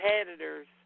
competitors